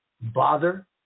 bother